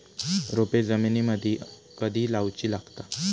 रोपे जमिनीमदि कधी लाऊची लागता?